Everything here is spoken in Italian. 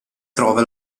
trova